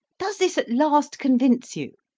does this at last convince you?